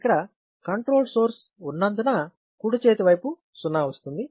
ఇక్కడ control source ఉన్నందువలన కుడి చేతి వైపు '0' వస్తుంది